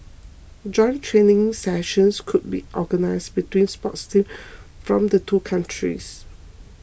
joint training sessions could be organised between sports teams from the two countries